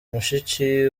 mushiki